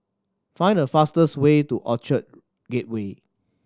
find the fastest way to Orchard Gateway